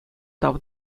тав